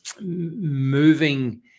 moving